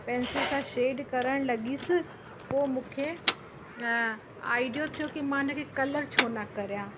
pencil सां shade करणु लॻियसि पोइ मूंखे आइडियो थियो की मां हिन खे कलर छो न कयां